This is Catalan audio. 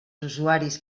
usuaris